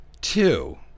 two